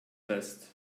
vest